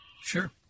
Sure